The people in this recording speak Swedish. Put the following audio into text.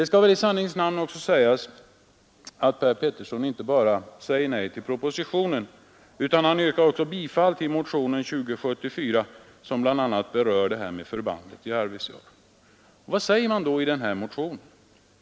Det skall väl i sanningens namn också sägas att Per Petersson inte enbart säger nej till propositionen, han yrkar även bifall till motionen 2074, som bl.a. berör förbandet i Arvidsjaur. Vad säger man då i denna motion?